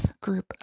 group